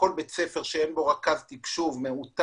בכל בית ספר שאין בו רכז תקשוב מאותר,